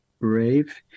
brave